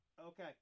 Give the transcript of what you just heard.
okay